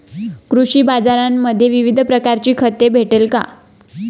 कृषी बाजारांमध्ये विविध प्रकारची खते भेटेल का?